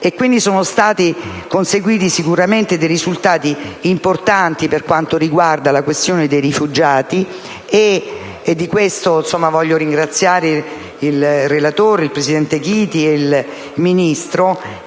europee. Sono stati conseguiti sicuramente risultati importanti per quanto riguarda la questione dei rifugiati, e di questo voglio ringraziare il relatore, il presidente Chiti e il Ministro.